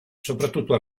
soprattutto